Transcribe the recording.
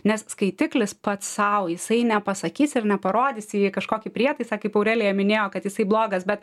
nes skaitiklis pats sau jisai nepasakys ir neparodys į kažkokį prietaisą kaip aurelija minėjo kad jisai blogas bet